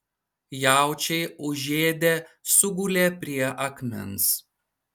jaučiai užėdę sugulė prie akmens